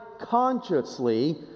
consciously